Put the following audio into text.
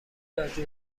جلوی